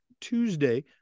Tuesday